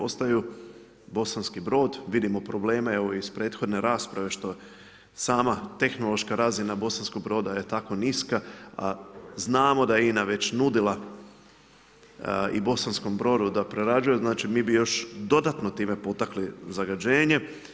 Ostaju Bosanski Brod, vidimo probleme evo iz prethodne rasprave, što sama tehnološka razina Bosanskog Broda je tako niska, a znamo da je INA već nudila i Bosanskom Brodu da prerađuje, znači mi bi još dodatno time potakli zagađenje.